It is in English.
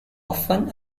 often